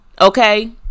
okay